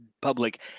public